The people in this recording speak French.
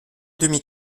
demi